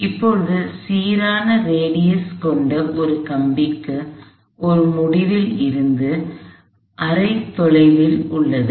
இப்போது சீரான ஆரம் கொண்ட ஒரு கம்பிக்கு அது முடிவில் இருந்து தொலைவில் உள்ளது